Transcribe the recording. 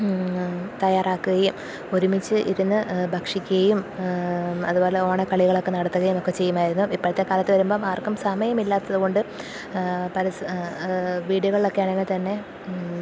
തയ്യാറാക്കുകയും ഒരുമിച്ച് ഇരുന്ന് ഭക്ഷിക്കുകയും അതുപോലെ ഓണക്കളികളൊക്കെ നടത്തുകയുമൊക്കെ ചെയ്യുമായിരുന്നു ഇപ്പോഴത്തെ കാലത്ത് വരുമ്പോള് ആർക്കും സമയമില്ലാത്തതു കൊണ്ടു വീടുകളിലൊക്കെ ആണെങ്കില് തന്നെ